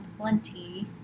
plenty